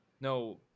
No